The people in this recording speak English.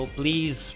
please